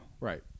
Right